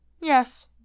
Yes